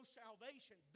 salvation